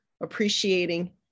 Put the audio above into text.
appreciating